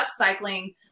upcycling